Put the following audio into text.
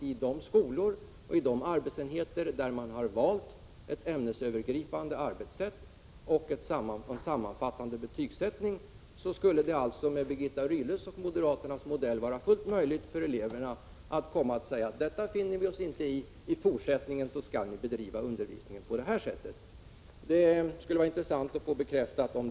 I de skolor och arbetsenheter där man har valt ett ämnesövergripande arbetssätt och en sammanfattande betygsättning skulle det alltså med Birgitta Rydles och moderaternas modell vara fullt möjligt för eleverna att säga så här: Detta finner vi oss inte i. I fortsättningen skall undervisningen i stället bedrivas på det här viset. Det måste vara kontentan av vad Birgitta Rydle säger.